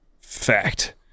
fact